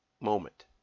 moment